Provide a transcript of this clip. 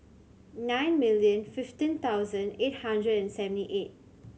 nine million fifteen thousand eight hundred and seventy eight